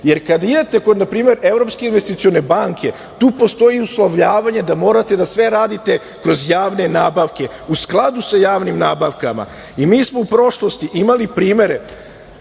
jer kada imate, na primer kod Evropske investicione banke, tu postoji uslovljavanje da morate da sve radite kroz javne nabavke, u skladu sa javnim nabavkama. Mi smo u prošlosti imali primere